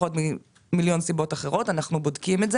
בגלל מיליון סיבות אחרות שאנחנו בודקים.